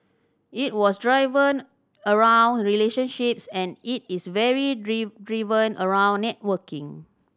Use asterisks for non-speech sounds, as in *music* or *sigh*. it was driven around relationships and it is very *unintelligible* driven around networking